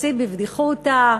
חצי בבדיחותא,